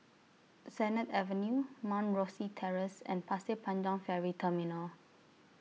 Sennett Avenue Mount Rosie Terrace and Pasir Panjang Ferry Terminal